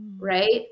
Right